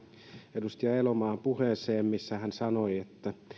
edustaja elomaan puheeseen missä hän